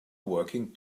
working